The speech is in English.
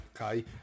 Okay